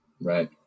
Right